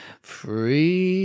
free